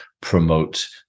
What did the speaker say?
promote